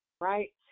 right